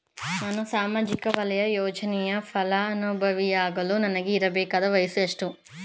ನಾನು ಸಾಮಾಜಿಕ ವಲಯದ ಯೋಜನೆಯ ಫಲಾನುಭವಿಯಾಗಲು ನನಗೆ ಇರಬೇಕಾದ ವಯಸ್ಸುಎಷ್ಟು?